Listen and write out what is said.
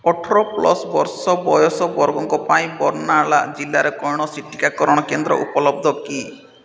ଅଠର ପ୍ଲସ୍ ବର୍ଷ ବୟସ ବର୍ଗଙ୍କ ପାଇଁ ବର୍ଣ୍ଣାଲା ଜିଲ୍ଲାରେ କୌଣସି ଟିକାକରଣ କେନ୍ଦ୍ର ଉପଲବ୍ଧ କି